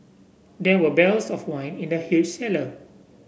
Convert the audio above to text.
there were barrels of wine in the huge cellar